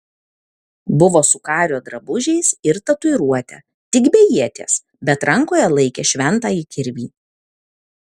buvo su kario drabužiais ir tatuiruote tik be ieties bet rankoje laikė šventąjį kirvį